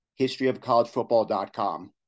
historyofcollegefootball.com